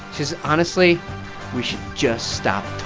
says, honestly, we should just stop